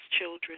children